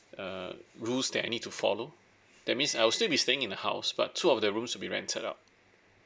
uh rules that I need to follow that means I'll still be staying in the house but two of the rooms will be rented out